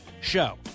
Show